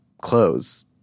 clothes